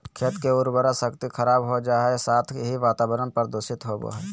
खेत के उर्वरा शक्ति खराब हो जा हइ, साथ ही वातावरण प्रदूषित होबो हइ